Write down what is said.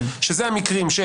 אלה המקרים של: